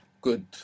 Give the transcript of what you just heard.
Good